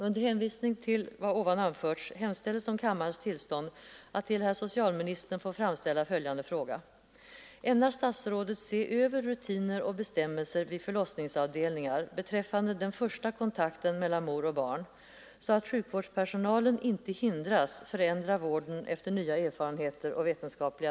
Under hänvisning till vad som anförts hemställes om kammarens tillstånd att till herr socialministern få ställa följande fråga: